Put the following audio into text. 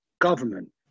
government